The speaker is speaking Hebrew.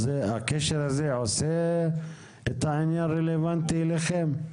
הדבר הזה עושה את העניין רלוונטי אליכם?